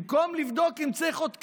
במקום לבדוק אם צריך עוד תקנים,